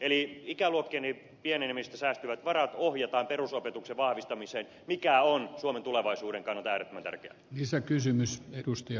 eli ikäluokkien pienenemisestä säästyvät varat ohjataan perusopetuksen vahvistamiseen mikä on suomen tulevaisuuden kannalta äärettömän tärkeää